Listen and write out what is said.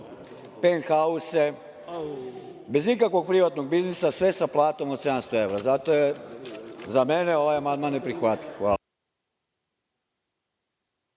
penthause, bez ikakvog privatnog biznisa, sve sa platom od 700 evra. Zato je za mene ovaj amandman neprihvatljiv. Hvala.